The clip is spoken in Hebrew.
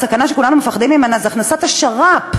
הסכנה שכולנו מפחדים ממנה היא הכנסת השר"פ.